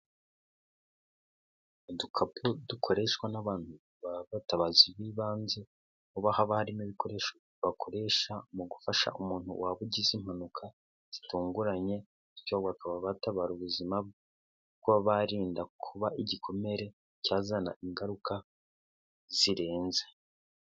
Udukapu dukoreshwa n'abantu babatabazi b'ibanze, aho haba harimo ibikoresho bakoresha mu gufasha umuntu waba ugize impanuka zitunguranye, bityo bakaba batabara ubuzima bwe kuko baba barinda kuba igikomere cyazana ingaruka zirenze.